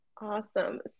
Awesome